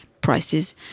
prices